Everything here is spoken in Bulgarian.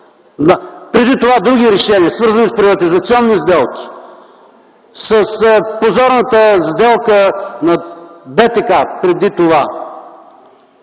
Преди това – други решения, свързани с приватизационни сделки, с позорната сделка за БТК, по която